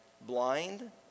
blind